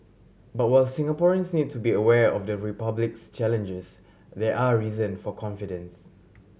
but while Singaporeans need to be aware of the Republic's challenges there are reason for confidence